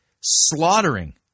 slaughtering